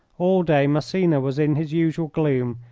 all day massena was in his usual gloom,